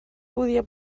podia